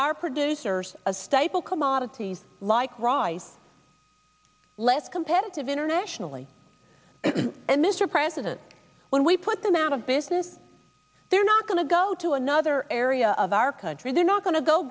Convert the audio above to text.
our producers a staple commodities like rise less competitive internationally and mr president when we put them out of business they're not going to go to another area of our country they're not go